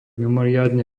mimoriadne